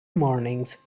mornings